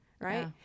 Right